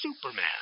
Superman